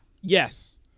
yes